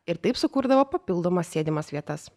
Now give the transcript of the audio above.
ir taip sukurdavo papildomas sėdimas vietas